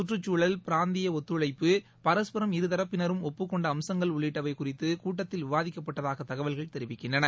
கற்றுச்சூழல் பிராந்திய ஒத்துழைப்பு பரஸ்பரம் இருதரப்பினரும் ஒப்புக் கொண்ட அம்சங்கள் உள்ளிட்டவை குறித்து கூட்டத்தில் விவாதிக்கப்பட்டதாக தகவல்கள் தெரிவிக்கின்றன